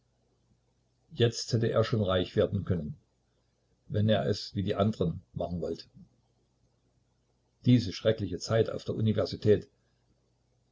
jetzt hätte er schon reich werden können wenn er es wie die andren machen wollte diese schreckliche zeit auf der universität